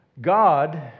God